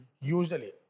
Usually